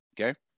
okay